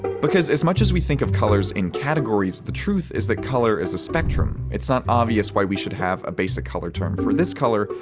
because as much as we think of colors in categories, the truth is that color is a spectrum. it's not obvious why we should have a basic color term for this color,